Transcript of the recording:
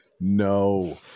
no